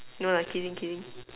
no lah kidding kidding